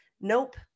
Nope